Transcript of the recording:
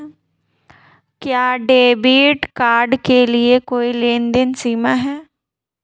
क्या debit card के लिए कोई लेनदेन सीमा है?